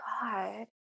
god